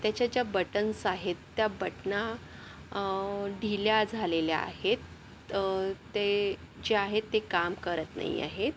त्याच्या ज्या बटन्स आहेत त्या बटना ढिल्या झालेल्या आहेत ते जे आहे ते काम करत नाही आहेत